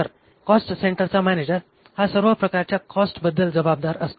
तर कॉस्ट सेंटरचा मॅनेजर हा सर्व प्रकारच्या कॉस्टबद्दल जबाबदार असतो